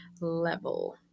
level